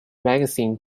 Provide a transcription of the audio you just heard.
magazine